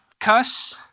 cuss